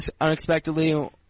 unexpectedly